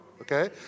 Okay